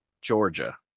georgia